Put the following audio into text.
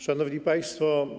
Szanowni Państwo!